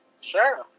Sure